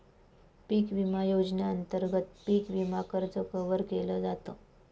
पिक विमा योजनेअंतर्गत पिक विमा कर्ज कव्हर केल जात